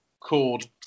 called